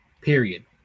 Period